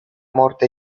morte